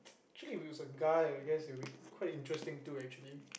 actually if it was a guy I guess it would be quite interesting too actually